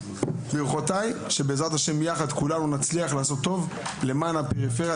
ברכותי שבעזרת ה' יחד כולנו נצליח לעשות טוב למען הפריפריה,